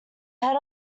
head